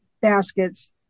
baskets